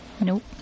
Nope